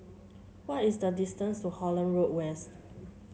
what is the distance to Holland Road West